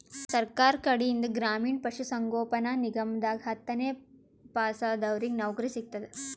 ಸರ್ಕಾರ್ ಕಡೀನ್ದ್ ಗ್ರಾಮೀಣ್ ಪಶುಸಂಗೋಪನಾ ನಿಗಮದಾಗ್ ಹತ್ತನೇ ಪಾಸಾದವ್ರಿಗ್ ನೌಕರಿ ಸಿಗ್ತದ್